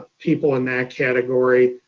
people in that category.